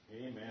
Amen